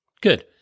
good